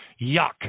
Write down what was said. Yuck